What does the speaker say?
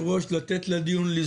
ועדות.